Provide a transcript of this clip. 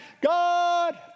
God